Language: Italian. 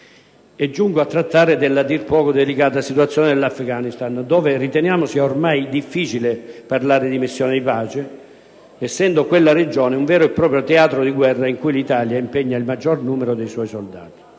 Giungo a trattare della dir poco delicata situazione dell'Afghanistan, dove riteniamo sia ormai difficile parlare di missione di pace, essendo quella regione un vero e proprio teatro di guerra, in cui l'Italia impegna il maggior numero dei suoi soldati.